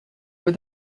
were